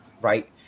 right